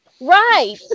Right